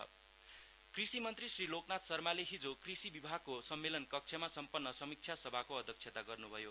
agriculture meeting कृषि मन्त्री श्री लोकनाथ शर्माले हिजो कृषि विभागको सम्मेलन कक्षमा सम्पन्न समिक्षा सभाको अध्यक्षता गर्न्भयो